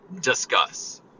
Discuss